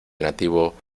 nativo